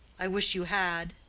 i wish you had!